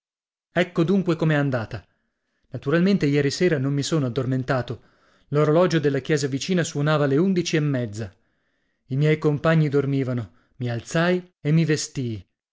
ecco dunque com'è andata naturalmente ieri sera non mi sono addormentato l'orologio della chiesa vicina suonava le undici e mezza i miei compagni dormivano mi alzai e mi vestii